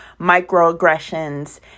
microaggressions